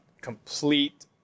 complete